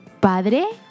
Padre